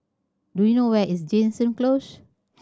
do you know where is Jansen Close